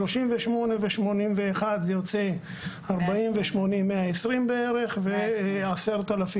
38,000 ו-81,000 זה יוצא 120,000 בערך ו-10,000